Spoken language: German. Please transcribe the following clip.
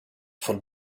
von